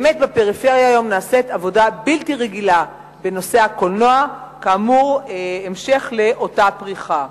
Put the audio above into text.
יש שתי ועדות, ושניהם חברי מועצת הקולנוע.